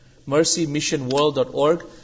mercymissionworld.org